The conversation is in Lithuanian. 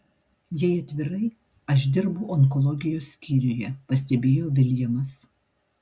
jei atvirai aš dirbu onkologijos skyriuje pastebėjo viljamas